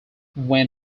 when